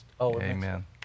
Amen